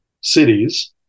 cities